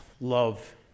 love